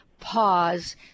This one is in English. pause